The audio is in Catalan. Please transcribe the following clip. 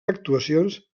actuacions